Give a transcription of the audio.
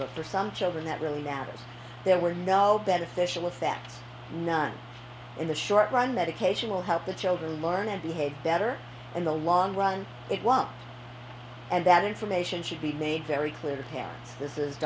but for some children that really matters there were no beneficial effects none in the short run medication will help the children learn and behave better in the long run it wants and that information should be made very clear to parents this is